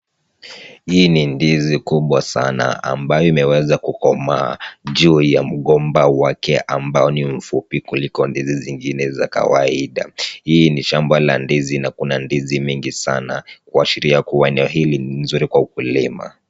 Hii ni ndizi kubwa sana ambayo imeweza kukomaa, juu ya mgomba wake ambao ni mfupi kuliko ndizi zingine za kawaida. Hii ni shamba la ndizi na kuna ndizi mingi sana, kuashiria kuwa eneo hili ni nzuri kwa ukulima.